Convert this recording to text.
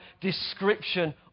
description